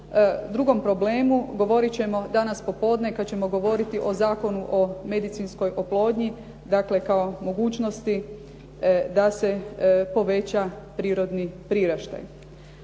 drugom problemu govorit ćemo danas popodne kad ćemo govoriti o Zakonu o medicinskoj oplodnji, dakle kao mogućnosti da se poveća prirodni priraštaj.